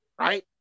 right